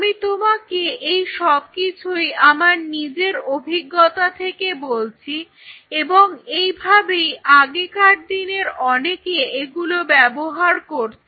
আমি তোমাকে এই সবকিছুই আমার নিজের অভিজ্ঞতা থেকে বলছি এবং এই ভাবেই আগেকার দিনের অনেকে এগুলো ব্যবহার করত